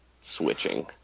switching